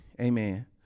Amen